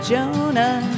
Jonah